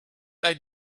they